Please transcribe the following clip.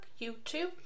YouTube